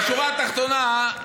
בשורה התחתונה,